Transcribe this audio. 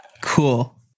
Cool